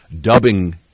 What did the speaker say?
dubbing